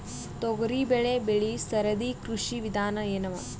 ತೊಗರಿಬೇಳೆ ಬೆಳಿ ಸರದಿ ಕೃಷಿ ವಿಧಾನ ಎನವ?